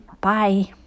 bye